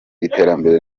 iterambere